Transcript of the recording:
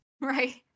Right